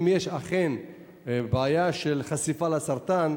אם יש אכן בעיה של חשיפה לסרטן,